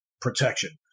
protection